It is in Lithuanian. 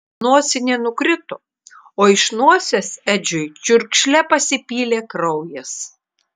nosinė nukrito o iš nosies edžiui čiurkšle pasipylė kraujas